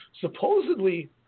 Supposedly